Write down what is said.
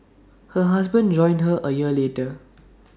her husband joined her A year later